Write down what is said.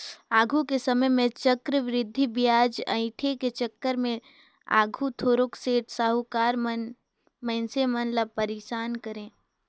आघु के समे में चक्रबृद्धि बियाज अंइठे के चक्कर में आघु थारोक सेठ, साहुकार मन मइनसे मन ल पइरसान करें